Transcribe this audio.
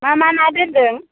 मा मा ना दोन्दों